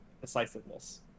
decisiveness